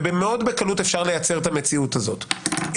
ומאוד בקלות אפשר לייצר את המציאות הזאת.